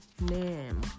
name